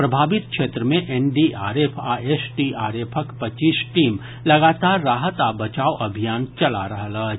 प्रभावित क्षेत्र मे एनडीआरएफ आ एसडीआरएफक पच्चीस टीम लगातार राहत आ बचाव अभियान चला रहल अछि